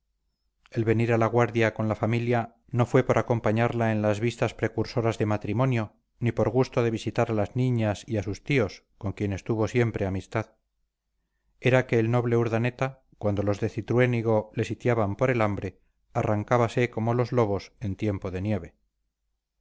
el venir a la guardia con la familia no fue por acompañarla en las vistas precursoras de matrimonio ni por gusto de visitar a las niñas y a sus tíos con quienes tuvo siempre amistad era que el noble urdaneta cuando los de cintruénigo le sitiaban por hambre arrancábase como los lobos en tiempo de nieve